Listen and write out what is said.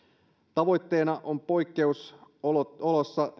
tavoitteena on poikkeusoloissa